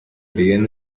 begun